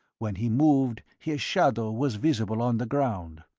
when he moved his shadow was visible on the ground.